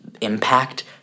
impact